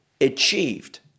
achieved